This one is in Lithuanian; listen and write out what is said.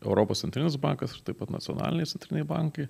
europos centrinis bankas ir taip pat nacionaliniai centriniai bankai